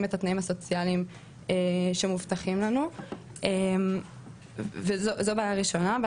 את התנאים הסוציאליים שמובטחים לנו וזו בעצם הבעיה הראשונה שלנו.